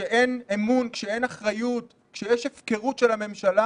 כשאין אמון, כשאין אחריות, כשיש הפקרות של הממשלה